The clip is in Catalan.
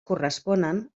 corresponen